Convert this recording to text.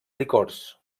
licors